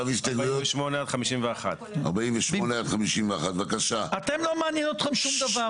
הסתייגויות 48 עד 51. אתם לא מעניין אתכם שום דבר.